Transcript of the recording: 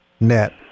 net